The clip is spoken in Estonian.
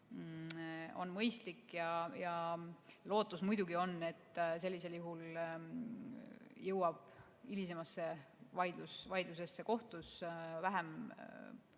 on mõistlik. Lootus muidugi on, et sellisel juhul jõuab hilisemasse vaidlusesse kohtus vähem